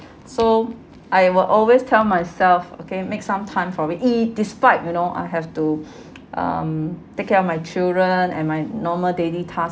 so I will always tell myself okay make some time for it despite you know I have to um take care of my children and my normal daily task